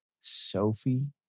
Sophie